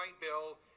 bill